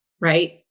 Right